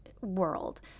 world